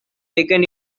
taken